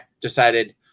decided